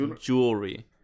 Jewelry